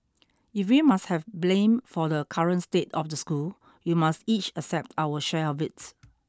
if we must have blame for the current state of the school we must each accept our share of it